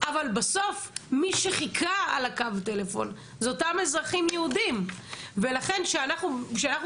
אבל בסוף מי שחיכה על הקו זה אותם אזרחים יהודים ולכן כשאנחנו